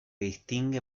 distingue